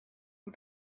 who